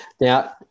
Now